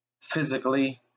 physically